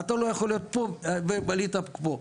אתה לא יכול להיות פה כי היית פה,